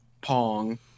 pong